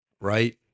right